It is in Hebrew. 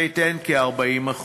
זה ייתן כ-40%.